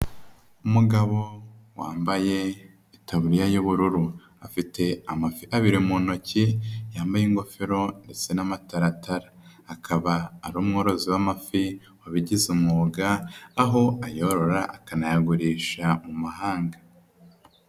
Umugabo wambaye itaburiya y'ubururu, afite amafi abiri mu ntoki, yambaye ingofero ndetse n'amataratara akaba ari umworozi w'amafi wabigize umwuga, aho ayorora akanayagurisha mu mahanga.